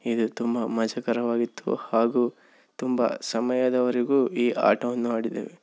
ಇದು ತುಂಬ ಮಜಕರವಾಗಿತ್ತು ಹಾಗೂ ತುಂಬ ಸಮಯದವರೆಗೂ ಈ ಆಟವನ್ನು ಆಡಿದ್ದೇವೆ